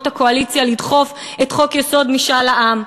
הקואליציה לדחוף את חוק-יסוד: משאל העם,